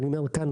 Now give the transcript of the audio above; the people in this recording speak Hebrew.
אני אומר כאן,